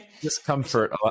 Discomfort